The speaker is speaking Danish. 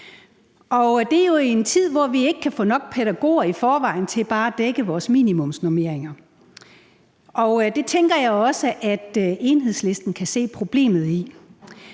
Det er jo i en tid, hvor vi i forvejen ikke kan få nok pædagoger til bare at dække vores minimumsnormeringer, og det tænker jeg også at Enhedslisten kan se problemet i.